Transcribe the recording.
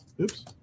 oops